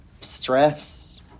stress